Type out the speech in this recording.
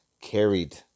Carried